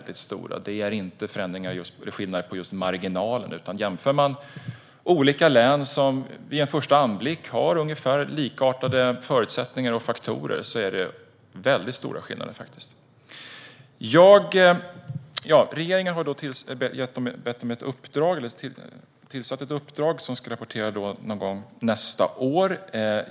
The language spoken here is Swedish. Det handlar inte om skillnader på marginalen. Jämför vi olika län som har likartade förutsättningar och faktorer är skillnaderna mycket stora. Regeringen har gett ett uppdrag som ska rapporteras någon gång nästa år.